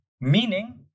Meaning